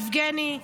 יבגני,